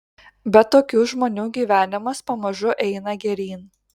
bet tokių žmonių gyvenimas pamažu eina geryn